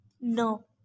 No